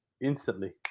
Instantly